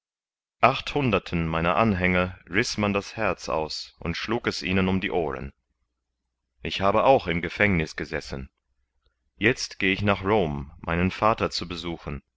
achthunderten meiner anhänger riß man das herz aus und schlug es ihnen um die ohren ich habe auch im gefängniß gesessen jetzt geh ich nach rom meinen vater zu besuchen